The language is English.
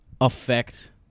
effect